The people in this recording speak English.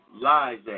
lies